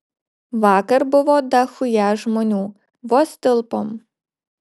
vakar buvo dachuja žmonių vos tilpom